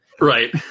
Right